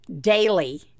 daily